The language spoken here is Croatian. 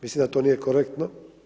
Mislim da to nije korektno.